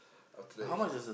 after that he uh